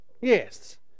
Yes